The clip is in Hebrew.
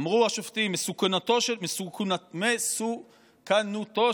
אמרו השופטים: "מסוכנותו של הנאשם